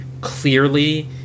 clearly